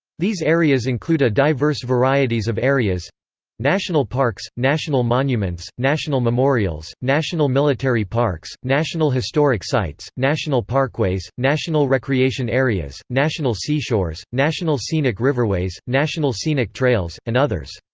these areas include a diverse varieties of areas national parks, national monuments, national memorials national military parks, national historic sites, national parkways, national recreation areas, national seashores, national scenic riverways, national scenic trails, and others.